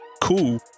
Cool